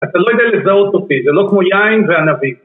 ‫אתה לא ידע לזהות אותי, ‫זה לא כמו יין וענבים.